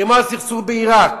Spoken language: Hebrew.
כמו הסכסוך בעירק.